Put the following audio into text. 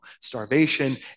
starvation